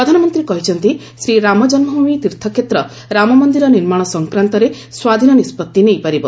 ପ୍ରଧାନମନ୍ତ୍ରୀ କହିଛନ୍ତି ଶ୍ରୀ ରାମ ଜନ୍ମଭୂମି ତୀର୍ଥକ୍ଷେତ୍ର ରାମମନ୍ଦିର ନିର୍ମାଣ ସଂକ୍ରାନ୍ତରେ ସ୍ୱାଧୀନ ନିଷ୍କଭି ନେଇପାରିବ